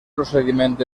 procediment